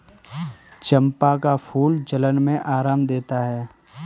चंपा का फूल जलन में आराम देता है